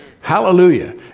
Hallelujah